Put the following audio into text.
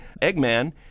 Eggman